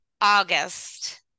August